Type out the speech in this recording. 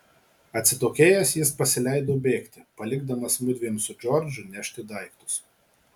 atsitokėjęs jis pasileido bėgti palikdamas mudviem su džordžu nešti daiktus